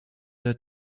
der